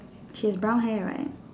she has brown hair right